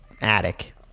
attic